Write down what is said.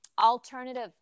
Alternative